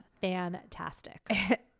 fantastic